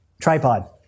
tripod